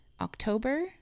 October